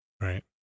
Right